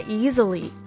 easily